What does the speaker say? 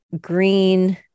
green